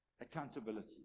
accountability